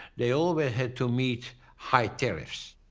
they always had to meet high tariffs,